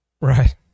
right